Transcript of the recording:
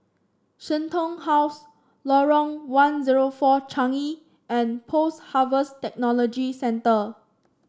Shenton House Lorong one zero four Changi and Post Harvest Technology Centre